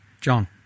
John